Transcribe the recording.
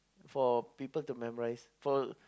for people to memorise for